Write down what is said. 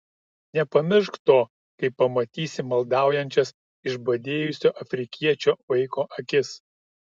nepamiršk to kai pamatysi maldaujančias išbadėjusio afrikiečio vaiko akis